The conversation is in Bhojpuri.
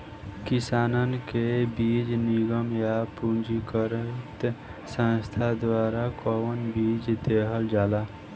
किसानन के बीज निगम या पंजीकृत संस्था द्वारा कवन बीज देहल जाला?